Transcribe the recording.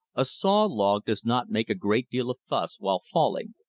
a saw log does not make a great deal of fuss while falling,